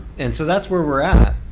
and so that's where we're at.